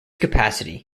capacity